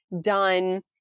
done